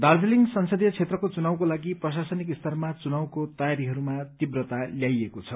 दार्जीलिङ संसदीय क्षेत्रको चुनावको लागि प्रशासनिक स्तरमा चुनावको तयारीहरू तीव्र गरिएको छ